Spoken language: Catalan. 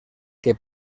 que